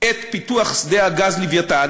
את פיתוח שדה הגז "לווייתן",